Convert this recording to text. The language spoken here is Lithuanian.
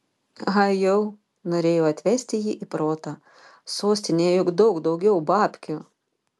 ajau norėjau atvesti jį į protą sostinėje juk daug daugiau babkių